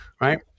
Right